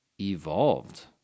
evolved